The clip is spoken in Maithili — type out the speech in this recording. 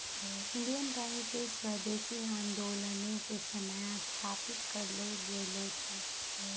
इंडियन बैंक के स्वदेशी आन्दोलनो के समय स्थापित करलो गेलो छै